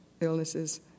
illnesses